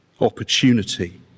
opportunity